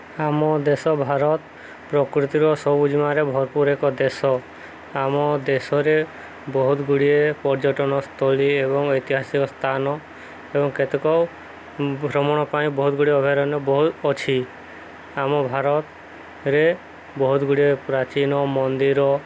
ଆମ ଦେଶ ଭାରତ ପ୍ରକୃତିର ସବୁଜିିମାରେ ଭରପୁର ଏକ ଦେଶ ଆମ ଦେଶରେ ବହୁତ ଗୁଡ଼ିଏ ପର୍ଯ୍ୟଟନସ୍ଥଳୀ ଏବଂ ଐତିହାସିକ ସ୍ଥାନ ଏବଂ କେତେକ ଭ୍ରମଣ ପାଇଁ ବହୁତ ଗୁଡ଼ିଏ ଅଭୟାରଣ୍ୟ ବହୁତ ଅଛି ଆମ ଭାରତରେ ବହୁତ ଗୁଡ଼ିଏ ପ୍ରାଚୀନ ମନ୍ଦିର